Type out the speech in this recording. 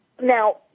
Now